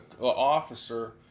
officer